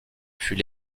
fut